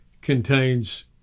contains